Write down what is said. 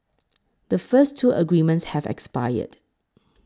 the first two agreements have expired